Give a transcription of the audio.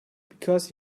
because